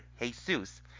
Jesus